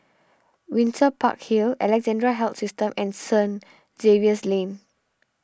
Windsor Park Hill Alexandra Health System and St Xavier's Lane